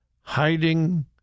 hiding